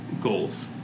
goals